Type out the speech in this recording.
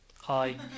Hi